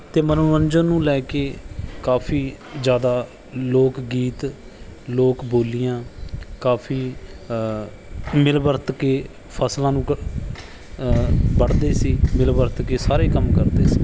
ਅਤੇ ਮਨੋਰੰਜਨ ਨੂੰ ਲੈ ਕੇ ਕਾਫੀ ਜ਼ਿਆਦਾ ਲੋਕ ਗੀਤ ਲੋਕ ਬੋਲੀਆਂ ਕਾਫੀ ਮਿਲ ਵਰਤ ਕੇ ਫਸਲਾਂ ਨੂੰ ਵੱਢਦੇ ਸੀ ਮਿਲ ਵਰਤ ਕੇ ਸਾਰੇ ਕੰਮ ਕਰਦੇ ਸੀ